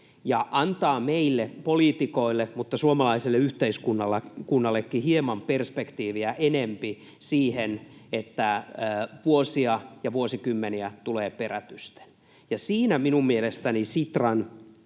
ja antaa meille poliitikoille ja suomalaiselle yhteiskunnallekin hieman enempi sitä perspektiiviä, että vuosia ja vuosikymmeniä tulee perätysten. Siinä minun mielestäni se Sitran